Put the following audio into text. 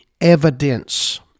evidence